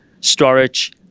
storage